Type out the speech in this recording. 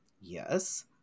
yes